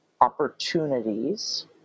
opportunities